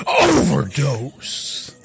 Overdose